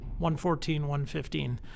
114-115